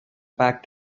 fact